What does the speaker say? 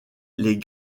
les